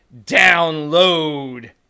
Download